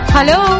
Hello